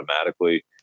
automatically